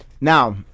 Now